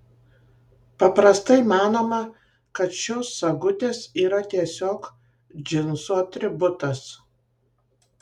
paprastai manoma kad šios sagutės yra tiesiog džinsų atributas